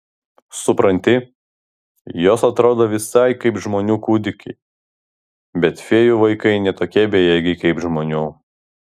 supranti jos atrodo visai kaip žmonių kūdikiai bet fėjų vaikai ne tokie bejėgiai kaip žmonių